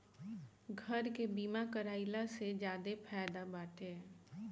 घर के बीमा कराइला से ज्यादे फायदा बाटे